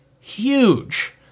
huge